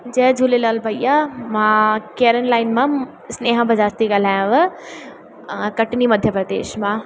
जय झूलेलाल भईया मां केरल लाइन मां स्नेहा बजाज ती ॻाल्हायांव कटनी मध्य प्रदेश मां